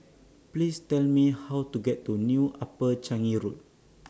Please Tell Me How to get to New Upper Changi Road